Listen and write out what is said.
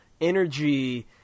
energy